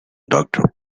doctor